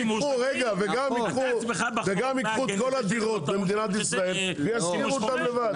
וגם ייקחו את כל הדירות במדינת ישראל וישכירו אותן לבד.